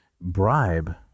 bribe